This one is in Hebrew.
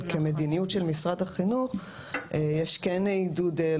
אבל כמדיניות של משרד החינוך יש כן עידוד,